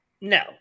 no